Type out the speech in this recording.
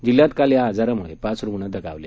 जिल्ह्यात काल या आजारामुळे पाच रुग्ण दगावले